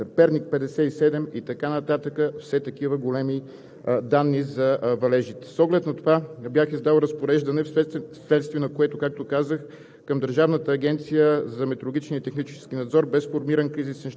Западна и Централна България, в района на град Драгоман – 100 литра на квадратен метър, Перник – 57 литра на квадратен метър, и така нататък, все такива големи данни за валежите. С оглед на това бях издал разпореждане, вследствие на което, както казах,